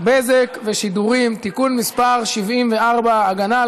(בזק ושידורים) (תיקון מס' 74) (הגנה על